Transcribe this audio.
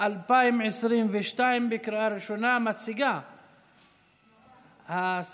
הצעת החוק מתקבלת בקריאה ראשונה ועוברת להמשך דיון בוועדת החינוך,